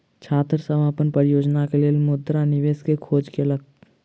छात्र सभ अपन परियोजना के लेल मुद्रा निवेश के खोज केलक